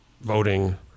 voting